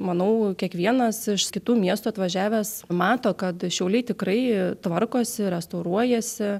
manau kiekvienas iš kitų miestų atvažiavęs mato kad šiauliai tikrai tvarkosi restauruojasi